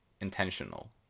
Intentional